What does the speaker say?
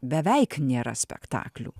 beveik nėra spektaklių